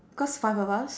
cause five of us